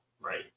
right